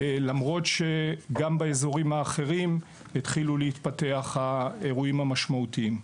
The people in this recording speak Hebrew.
למרות שגם באזורים אחרים התחילו להתפתח אירועים משמעותיים.